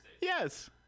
Yes